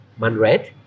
Manred